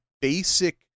basic